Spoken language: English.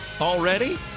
Already